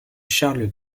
charles